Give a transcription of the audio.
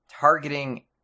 targeting